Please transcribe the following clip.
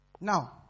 Now